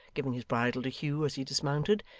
giving his bridle to hugh as he dismounted,